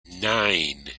nine